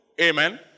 Amen